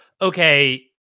okay